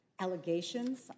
allegations